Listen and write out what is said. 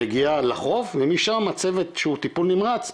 מגיעה לחוף ומשם הצוות שהוא טיפול נמרץ,